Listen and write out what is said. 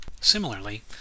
Similarly